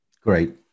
Great